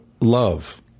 love